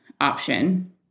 option